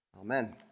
Amen